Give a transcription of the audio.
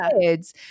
kids